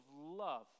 love